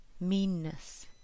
meanness